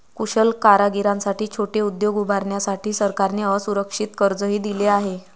कुशल कारागिरांसाठी छोटे उद्योग उभारण्यासाठी सरकारने असुरक्षित कर्जही दिले आहे